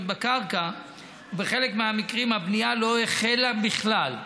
בקרקע ובחלק מהמקרים הבנייה לא החלה בכלל.